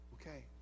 Okay